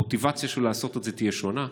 המוטיבציה לעשות את זה תהיה שונה,